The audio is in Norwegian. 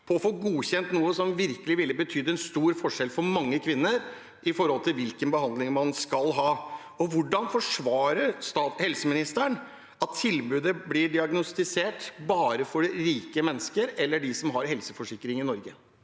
på å få godkjent noe som virkelig ville betydd en stor forskjell for mange kvinner når det gjelder hvilken behandling man skal ha. Hvordan forsvarer helseministeren at tilbudet bare blir brukt til å diagnostisere rike mennesker eller dem som har helseforsikring i Norge?